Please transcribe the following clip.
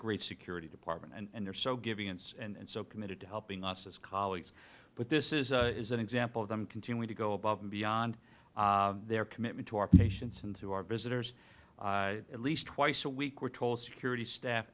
great security department and they're so giving and and so committed to helping us as colleagues but this is a is an example of them continuing to go above and beyond their commitment to our patients and to our visitors at least twice a week we're told security staff